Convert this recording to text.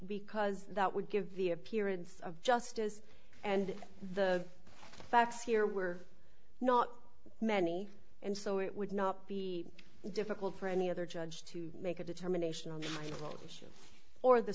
because that would give the appearance of justice and the facts here were not many and so it would not be difficult for any other judge to make a determination on the issue or the